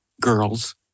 girls